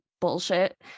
bullshit